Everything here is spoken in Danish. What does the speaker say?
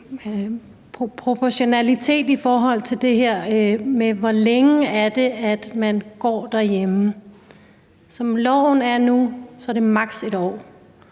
proportionalitet i forhold til det her med, hvor længe det er, at man går derhjemme. Som loven er nu, er det maks. 1 år,